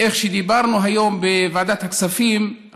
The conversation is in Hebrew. שדיברנו היום בוועדת הכספים,